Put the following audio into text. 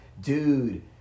dude